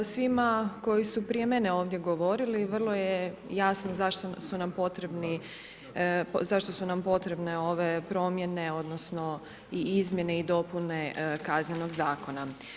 Svima koji su prije mene ovdje govorili vrlo je jasno zašto su nam potrebne ove promjene, odnosno i izmjene i dopune Kaznenog zakona.